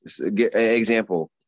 example